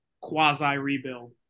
quasi-rebuild